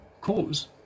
cause